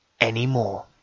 anymore